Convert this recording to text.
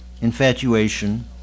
infatuation